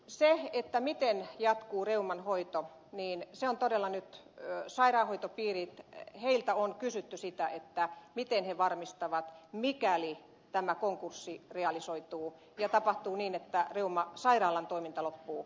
se miten reuman hoitoon niin se on todella hoito jatkuu sairaanhoitopiireiltä on kysytty miten ne varmistavat sen mikäli tämä konkurssi realisoituu ja tapahtuu niin että reumasairaalan toiminta loppuu